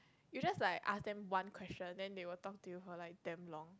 you just like ask them one question then they will talk to you for like damn long